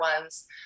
ones